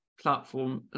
platform